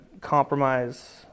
compromise